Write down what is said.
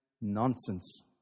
nonsense